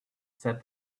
said